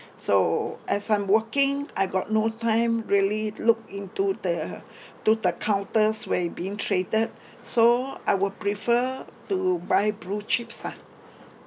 so as I'm working I got no time really to look into the to the counters way being traded so I would prefer to buy blue chips ah